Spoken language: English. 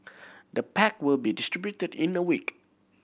the pack will be distributed in a week